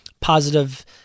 positive